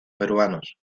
peruanos